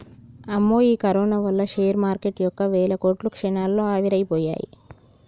అమ్మో ఈ కరోనా వల్ల షేర్ మార్కెటు యొక్క వేల కోట్లు క్షణాల్లో ఆవిరైపోయాయి